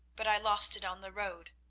but i lost it on the road.